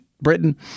Britain